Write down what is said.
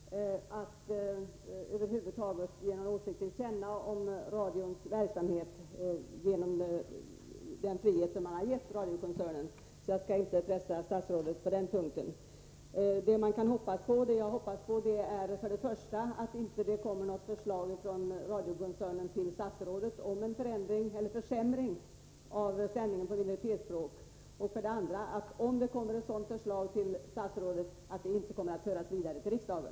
Herr talman! Jag är medveten om hur känsligt det är att över huvud taget ge några åsikter till känna om radions verksamhet på grund av den frihet som man har gett radiokoncernen, så jag skall inte pressa statsrådet på den punkten. Vad jag hoppas på är för det första att det inte kommer något förslag från radiokoncernen till statsrådet om en försämring av sändningarna på minoritetsspråk, och för det andra, om det kommer ett sådant förslag till statsrådet, att det inte förs vidare till riksdagen.